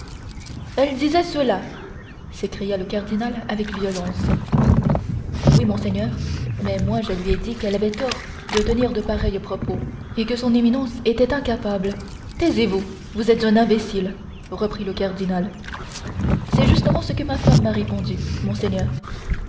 elle disait cela s'écria le cardinal avec violence oui monseigneur mais moi je lui ai dit qu'elle avait tort de tenir de pareils propos et que son éminence était incapable taisez-vous vous êtes un imbécile reprit le cardinal c'est justement ce que ma femme m'a répondu monseigneur